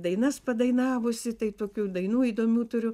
dainas padainavusi tai tokių dainų įdomių turiu